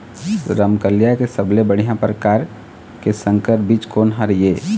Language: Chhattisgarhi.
रमकलिया के सबले बढ़िया परकार के संकर बीज कोन हर ये?